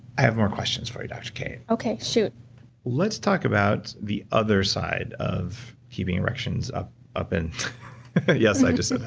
i have more questions for you, dr. kate okay, shoot let's talk about the other side of keeping erections up up and, yes, i just said that.